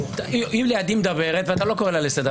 היא לידי מדברת, ואתה לא קורא לה לסדר.